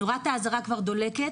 נורת האזהרה כבר דולקת.